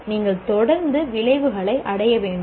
எனவே நீங்கள் தொடர்ந்து விளைவுகளை அடைய வேண்டும்